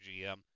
GM